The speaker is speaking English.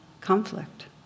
conflict